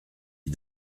dit